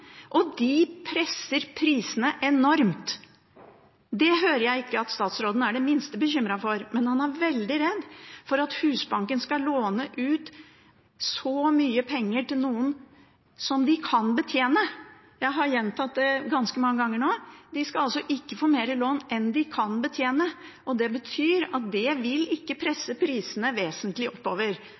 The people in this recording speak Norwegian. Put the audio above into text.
og det presser prisene enormt. Det hører jeg ikke at statsråden er det minste bekymret for, men han er veldig redd for at Husbanken skal låne ut så mye penger til noen – som de kan betjene. Jeg har gjentatt det ganske mange ganger nå: De skal altså ikke få mer i lån enn de kan betjene. Det betyr at det ikke vil presse prisene vesentlig oppover.